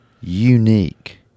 Unique